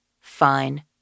Fine